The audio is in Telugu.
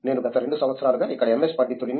నేను గత 2 సంవత్సరాలుగా ఇక్కడ ఎంఎస్ పండితుడిని